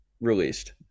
released